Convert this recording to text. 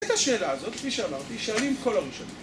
את השאלה הזאת, כפי שאמרתי, שואלים כל הראשונים.